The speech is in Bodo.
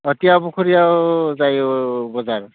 अ तियापुखुरियाव जायो बाजार